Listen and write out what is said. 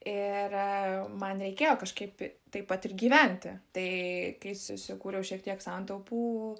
ir man reikėjo kažkaip taip pat ir gyventi tai kai susikūriau šiek tiek santaupų